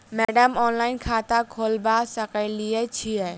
Madam online खाता खोलबा सकलिये छीयै?